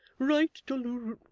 right tol loor